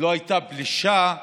לא הייתה פלישה,